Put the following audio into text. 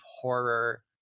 horror